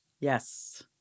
Yes